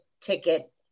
ticket